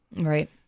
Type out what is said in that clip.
Right